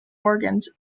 organs